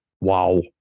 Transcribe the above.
Wow